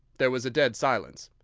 there was a dead silence.